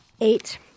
eight